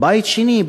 בית שני,